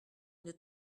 une